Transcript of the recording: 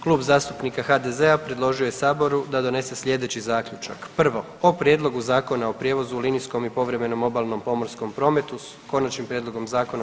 Klub zastupnika HDZ-a predložio je saboru da donese slijedeći zaključak: 1. O prijedlogu Zakona o prijevozu u linijskom i povremenom obalnom pomorskom prometu s konačnim prijedlogom zakona br.